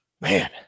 man